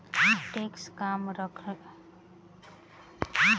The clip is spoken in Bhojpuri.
टैक्स कम रखला से अधिक से अधिक लोग टैक्स भरे में समर्थ होखो